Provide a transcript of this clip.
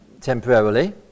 temporarily